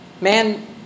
Man